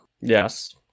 yes